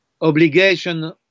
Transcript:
obligation